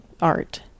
art